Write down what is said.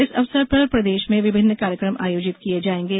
इस अवसर पर प्रदेश में विभिन्न कार्यक्रम आयोजित किये जायेंगे